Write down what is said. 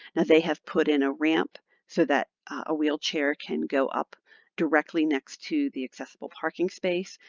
now, they have put in a ramp so that a wheelchair can go up directly next to the accessible parking space.